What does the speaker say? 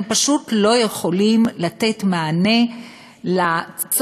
הם פשוט לא יכולים לתת מענה לצורך